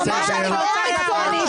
חברת הכנסת טלי גוטליב, אני קורא אותך לסדר.